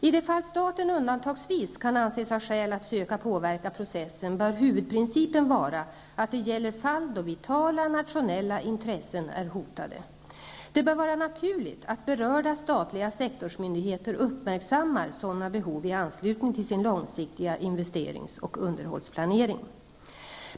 I de fall staten undantagsvis kan anses ha skäl att söka påverka processen bör huvudprincipen vara att det gäller fall då vitala nationella intressen är hotade. Det bör vara naturligt att berörda statliga sektorsmyndigheter uppmärksammar sådana behov i anslutning till sin långsiktiga investeringsoch underhållsplanering.